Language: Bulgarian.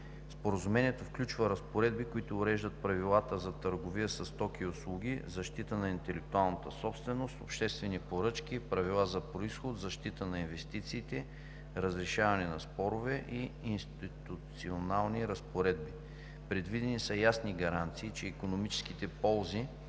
Споразумението включва разпоредби, които уреждат правилата за търговия със стоки и услуги, защита на интелектуалната собственост, обществени поръчки, правила за произход, защита на инвестициите, разрешаване на спорове, институционални разпоредби. Предвидени са ясни гаранции, че икономическите ползи